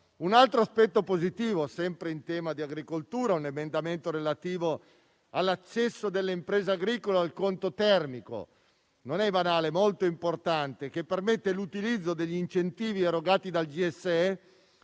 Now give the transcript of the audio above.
Un altro aspetto positivo in tema di agricoltura è rappresentato dall'emendamento relativo all'accesso delle imprese agricole al conto termico (tema non banale, ma molto importante), che permette utilizzo degli incentivi erogati dal GSE